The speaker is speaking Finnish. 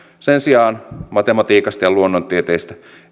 sen sijaan matematiikasta ja luonnontieteestä